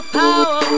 power